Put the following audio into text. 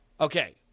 okay